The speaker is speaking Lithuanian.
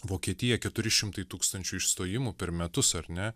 vokietiją keturi šimtai tūkstančių išstojimų per metus ar ne